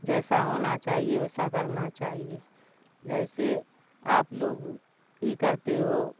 جیسا ہونا چاہیے ویسا کرنا چاہیے جیسے آپ لوگ یہ کرتے ہو